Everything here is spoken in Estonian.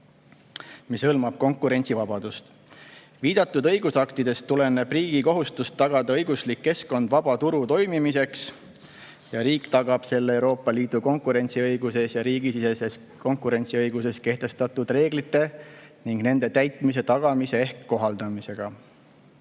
mis hõlmab ka konkurentsivabadust. Viidatud õigusaktidest tuleneb riigi kohustus tagada õiguslik keskkond vaba turu toimimiseks ja riik tagab selle Euroopa Liidu konkurentsiõiguses ja riigisiseses konkurentsiõiguses kehtestatud reeglite ning nende täitmise tagamise ning kohaldamisega.